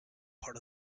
part